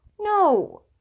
No